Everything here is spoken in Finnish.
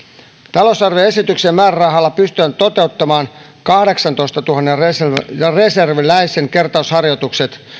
talousarvioesityksen määrärahalla pystytään toteuttamaan kahdeksantoistatuhannen reserviläisen kertausharjoitukset